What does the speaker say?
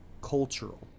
cultural